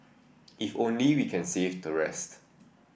if only we can save the rest